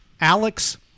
Alex